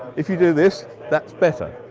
if you do this, that's better.